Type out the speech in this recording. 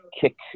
kick